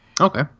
Okay